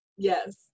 yes